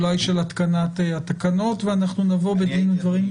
אולי של התקנת התקנות ואנחנו נבוא בדין ודברים.